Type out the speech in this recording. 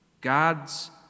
God's